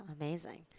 Amazing